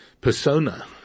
persona